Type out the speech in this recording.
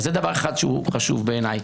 זה דבר אחד שחשוב בעיניי.